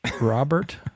robert